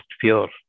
pure